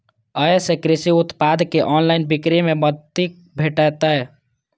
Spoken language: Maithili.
अय सं कृषि उत्पाद के ऑनलाइन बिक्री मे मदति भेटतै